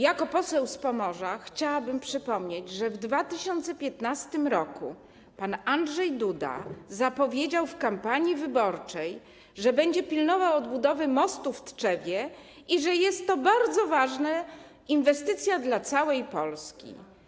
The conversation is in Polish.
Jako poseł z Pomorza chciałabym przypomnieć, że w 2015 r. pan Andrzej Duda zapowiedział w kampanii wyborczej, że będzie pilnował odbudowy mostu w Tczewie i że jest to bardzo ważna inwestycja dla całej Polski.